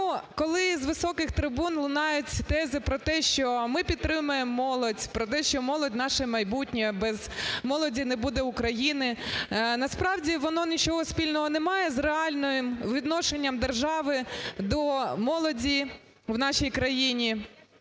коли з високих трибун лунають тези про те, що ми підтримуємо молодь, про те, що молодь – наше майбутнє, без молоді не буде України, насправді воно нічого спільного не має з реальним відношенням держави до молоді в нашій країні.